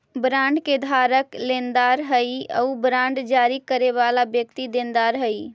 bond के धारक लेनदार हइ आउ बांड जारी करे वाला व्यक्ति देनदार हइ